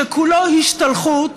שכולו השתלחות